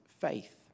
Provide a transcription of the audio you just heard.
faith